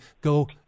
go